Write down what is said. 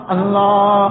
Allah